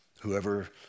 Whoever